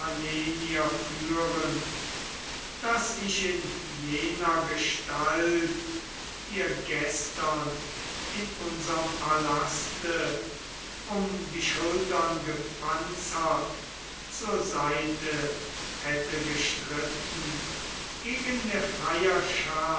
führend daß ich in jener gestalt dir gestern in unserm palaste um die schultern gepanzert zur seite hätte gestritten gegen der freier